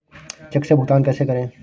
Check से भुगतान कैसे करें?